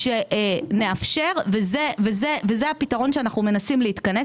נאפשר וזה הפתרון שאנחנו מנסים להתכנס